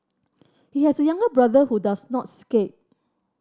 he has a younger brother who does not skate